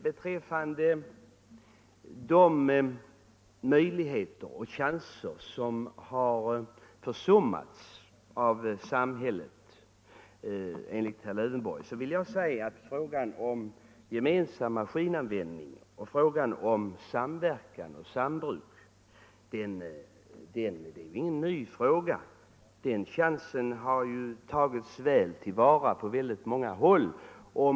Samhället har enligt herr Lövenborg på detta område försummat chanser och möjligheter. Jag vill emellertid säga att frågan om gemensam maskinanvändning och frågan om samverkan och sambruk inte är nya. Chanserna härvidlag har väl tagits till vara på många håll.